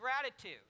gratitude